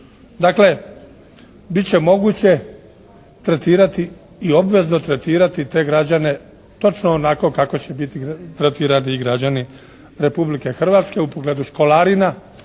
Dakle, bit će moguće tretirati i obvezno tretirati te građane točno onako kako će biti tretirani građani Republike Hrvatske u pogledu školarina